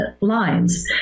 lines